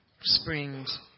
springs